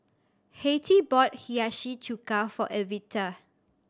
Hattie bought Hiyashi Chuka for Evita